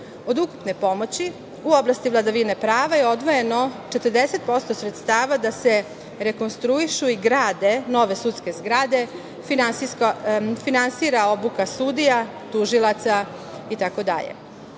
Od ukupne pomoći u oblasti vladavine prava je odvojeno 40% sredstava da se rekonstruišu i grade nove sudske zgrade, finansira obuka sudija, tužilaca